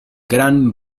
gran